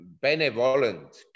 benevolent